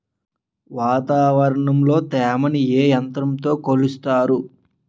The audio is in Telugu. వాతావరణంలో తేమని ఏ యంత్రంతో కొలుస్తారు?